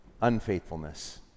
unfaithfulness